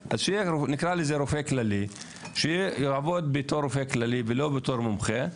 נקרא לזה רופא כללי שיעבוד בתור רופא כללי ולא בתור מומחה.